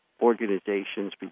organizations